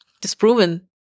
disproven